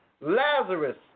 Lazarus